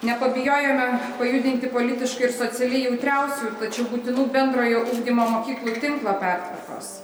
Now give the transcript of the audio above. nepabijojome pajudinti politiškai ir socialiai jautriausių tačiau būtinų bendrojo ugdymo mokyklų tinklo pertvarkos